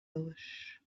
welsh